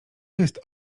jest